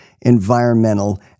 environmental